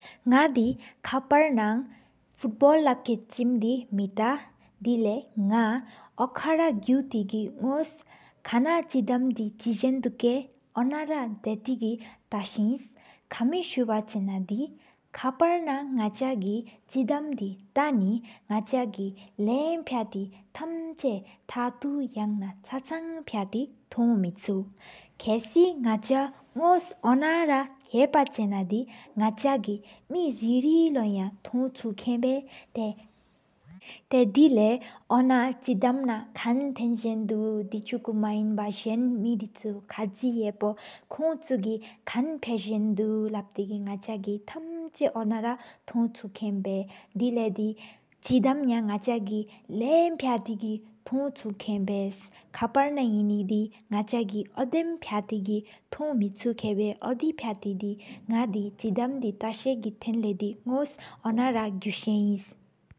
ནགདེ་ཁཔར་ན་ཕོ༹ཨོཏབལལ་ལབཀེན་ཆིམ་དེ་མེཏ། དེལཡ་ནག་དི་ཨོཀ་ར་གུ་ཏེ་གི་ནོས་ཁན། ཆེདམ་དེ་ཆེ་དཝ་དུཀ་ཨོན་ར་དེཏི་གི། ཏསི་ཀམི་སུབ༹་ཆེ་ན་ཁཔར་ན་ནགཆ་གི། ཆེདམ་དི་ཏཀ་ནེ་ནགཆ་གི་ལམ་ཕ༹ཏེ་གི། ཐམཏུ་ཆ་ཆངེ་ཕ༹་ཏེ་ཐུཀ་མེཆིཀ། ཁསི་ནགཆ་ནོས་ཨོན་ར་ཡེཔ་ཆེ་ནི། དེ་ནགཆ་གི་ར་རིཀ་རེ་ལོ་ཡང་ཐུ་ཆོ། ཀེན་བཡ་ཏཡ་དེ་ལཡ་ཨོན་ཆེདམ་ན། ཁན་ཐནདོ་དི་ཆུཀུ་མཡེན་བ། ཟེན་མེ་དིཆུ་ཁགི་ཡེཔོ་ཀོང་ཆུ་གི། ཁན་ཕ༹ས་དུ་ལབ་ཏེ་གི་ནཧཆ་གི། ཐམཆ་ཨོན་ར་ཐུཀ་ཆུ་ཀེན་བཡ། དེལཡ་ཆེདམ་ཡ་ནགཆ་གི། ལམ་ཕ་ཏེ་ཐུཀ་ཆུ་ཏོ་བཡས། ཁཔར་ན་ཡེ་ན་ནགཆ་གི་ལམ་ཕྱ་ཏེ། ཐོཀ་མུཆུ་ཁེན་བཡ་ཨོདི་ཕ༹ཡཏེ། ནག་དི་ཆེདམ་དེ་ཏ་ས་གི་ཐན་ལེ་ཨོན། རང་གུ་ཤ་ཨིནས།